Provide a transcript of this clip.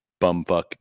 bumfuck